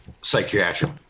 psychiatric